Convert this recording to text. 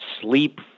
sleep